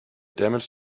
damage